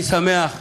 אני שמח,